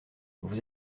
vous